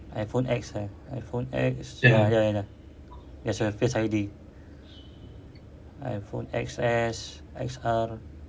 iphone X eh iphone X jap jap jap there's a face I_D iphone X_S X_R